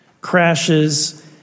crashes